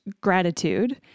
gratitude